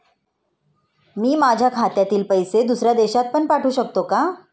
मी माझ्या खात्यातील पैसे दुसऱ्या देशात पण पाठवू शकतो का?